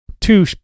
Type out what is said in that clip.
Two